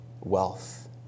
wealth